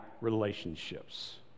relationships